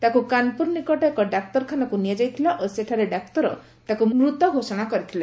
ତାକୁ କାନପୁର ନିକଟ ଏକ ଡାକ୍ତରଖାନାକୁ ନିଆଯାଇଥିଲା ଓ ସେଠାରେ ଡାକ୍ତର ତାକୁ ମୃତ ଘୋଷଣା କରିଥିଲେ